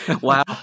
Wow